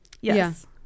Yes